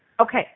okay